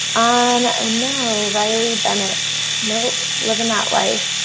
um, no, riley bennett. nope live in that life.